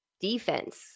defense